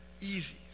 easy